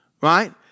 Right